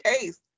case